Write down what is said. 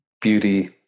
beauty